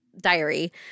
diary